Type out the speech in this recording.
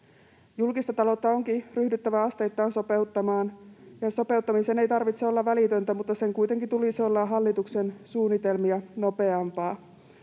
Julkista taloutta onkin ryhdyttävä asteittain sopeuttamaan, ja sopeuttamisen ei tarvitse olla välitöntä, mutta sen kuitenkin tulisi olla hallituksen suunnitelmia nopeampaa.